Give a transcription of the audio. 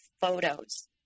photos